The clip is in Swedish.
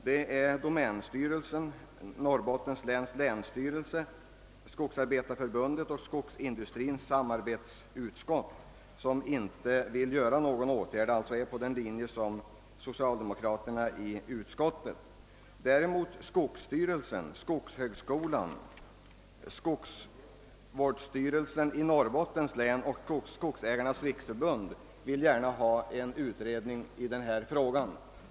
Domänstyrelsen, länsstyrelsen i Norrbottens : län, Svenska skogsarbetareför bundet och Skogsindustriernas samarbetsutskott anser inte att någon åtgärd bör vidtagas. De befinner sig alltså på samma linje som socialdemokraterna i utskottet. Skogsstyrelsen, skogshögskolan, skogsvårdsstyrelsen i Norrbottens län och Skogsägarnas riksförbund tillstyrker däremot en utredning i denna fråga.